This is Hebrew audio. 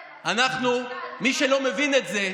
אנחנו, מי שלא מבין את זה,